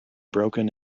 broken